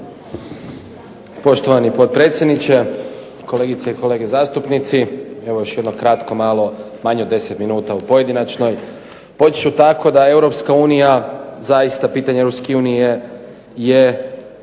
Poštovani potpredsjedniče, kolegice i kolege zastupnici. Evo još jedno kratko, malo, manje od 10 minuta u pojedinačnoj. Počet ću tako da Europska unija, zaista pitanje Europske unije je,